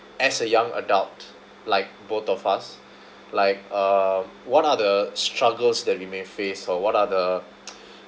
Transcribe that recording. as a young adult like both of us like uh what are the struggles that we may face or what are the